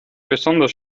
besonders